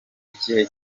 ikihe